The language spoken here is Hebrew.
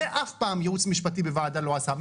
זה אף פעם ייעוץ משפטי בוועדה לא עשה,